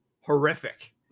horrific